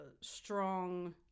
strong